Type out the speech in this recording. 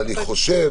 אני חושב,